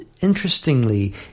interestingly